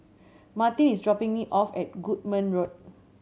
Martin is dropping me off at Goodman Road